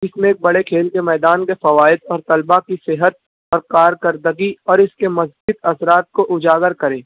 اِس میں ایک بڑے کھیل کے میدان کے فوائد اور طلبہ کی صحت اور کارکردگی اور اِس کے مثبت اثرات کو اُجاگر کریں